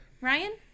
Ryan